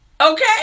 Okay